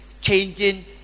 changing